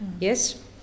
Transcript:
yes